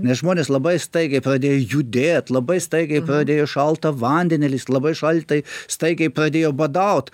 nes žmonės labai staigiai pradėjo judėt labai staigiai pradėjo šaltą vandenį ir jis labai šaltai staigiai pradėjo badaut